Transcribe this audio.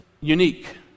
unique